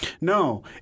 No